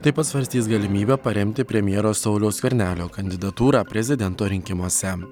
taip pat svarstys galimybę paremti premjero sauliaus skvernelio kandidatūrą prezidento rinkimuose